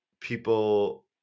people